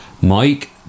Mike